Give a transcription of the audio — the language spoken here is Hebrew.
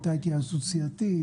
הייתה התייעצות סיעתית,